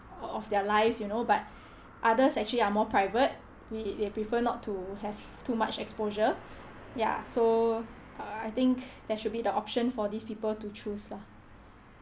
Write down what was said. of their lives you know but others are actually more private we prefer not to have too much exposure ya so I think there should be the option for these people to choose lah